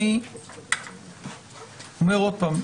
אני אומר עוד פעם: